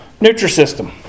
Nutrisystem